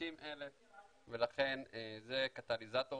ל-50,000 ולכן זה קטליזטור